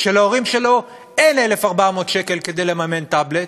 שלהורים שלו אין 1,400 שקל כדי לממן טאבלט?